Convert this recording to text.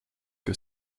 que